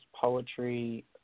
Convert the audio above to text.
poetry